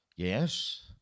Yes